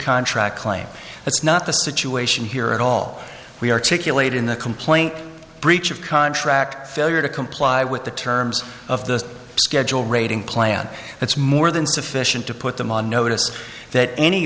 contract claim that's not the situation here at all we articulate in the complaint breach of contract failure to comply with the terms of the schedule rating plan that's more than sufficient to put them on notice that any